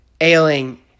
ailing